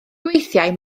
gweithiai